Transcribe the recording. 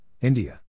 India